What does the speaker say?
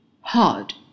hard